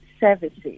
services